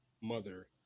mother